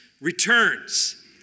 returns